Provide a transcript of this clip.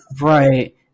Right